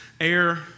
air